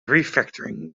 refactoring